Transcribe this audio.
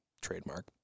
trademark